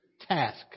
task